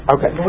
Okay